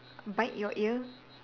bite your ear